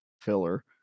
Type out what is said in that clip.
filler